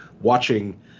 watching